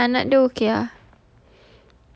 um tapi anak-anak dia okay ah